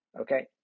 okay